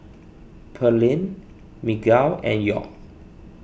Pearlene Miguel and York